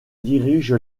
dirige